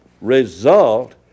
result